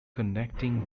connecting